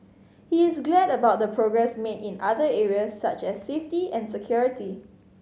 he is glad about the progress made in other areas such as safety and security